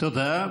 תודה.